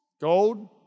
Gold